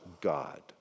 God